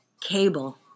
Cable